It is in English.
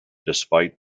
despite